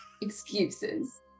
Excuses